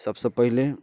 सभसँ पहिले